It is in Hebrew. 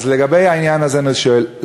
אז לגבי העניין הזה אני שואל,